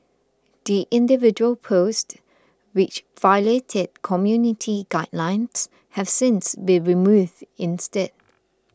the individual posts which violated community guidelines have since been removed instead